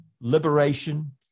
liberation